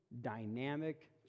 dynamic